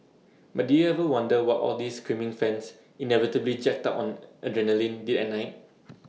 but did you ever wonder what all these screaming fans inevitably jacked up on adrenaline did at night